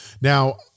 Now